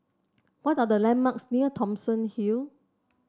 what are the landmarks near Thomson Hill